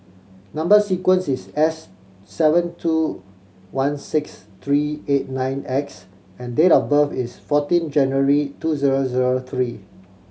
number sequence is S seven two one six three eight nine X and date of birth is fourteen January two zero zero three